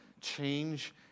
change